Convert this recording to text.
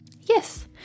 Yes